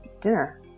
dinner